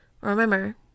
Remember